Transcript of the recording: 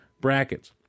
brackets